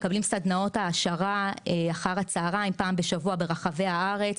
מקבלים סדנאות העשרה אחר הצוהריים פעם בשבוע ברחבי הארץ,